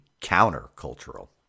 counter-cultural